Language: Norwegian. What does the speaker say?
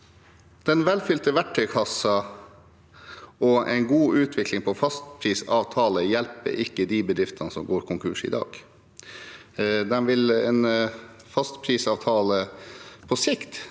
Den velfylte verktøykassen og en god utvikling av fastprisavtaler hjelper ikke bedriftene som går konkurs i dag. En fastprisavtale på lang